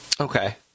Okay